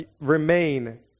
remain